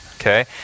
Okay